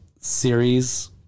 series